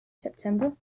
september